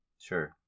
Sure